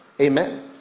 amen